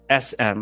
SM